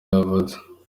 yavutse